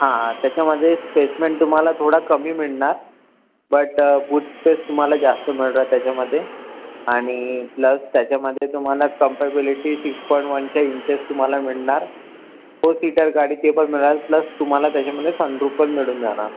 हां त्याच्यामध्ये स्पेसमेंट तुम्हाला थोडा कमी मिळणार बट बूट स्पेस तुम्हाला जास्त मिळता त्याच्यामध्ये आणि प्लस त्याच्यामध्ये तुम्हाला कम्पेबिलिटी सिक्स पॉइंट वनच्या इंचेस तुम्हाला मिळणार फोर सीटर गाडी ते पण मिळाल प्लस तुम्हाला त्याच्यामध्ये सनरूफ पण मिळून जाणार